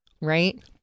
right